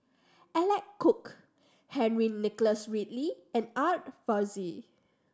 Alec Kuok Henry Nicholas Ridley and Art Fazil